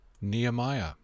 Nehemiah